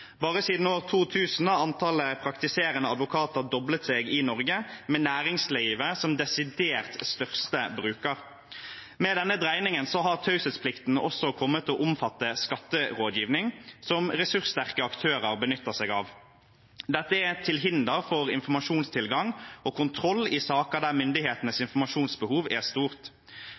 Bare siden år 2000 har antallet praktiserende advokater doblet seg i Norge, med næringslivet som den desidert største brukeren. Med denne dreiningen har taushetsplikten også kommet til å omfatte skatterådgivning, noe som ressurssterke aktører benytter seg av. Dette er til hinder for informasjonstilgang og kontroll i saker der myndighetenes informasjonsbehov er stort.